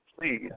please